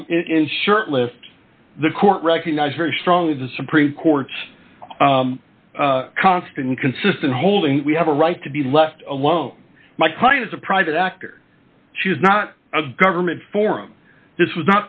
it is short list the court recognize very strongly the supreme court's constant consistent holding we have a right to be left alone my client is a private actor she is not a government form this was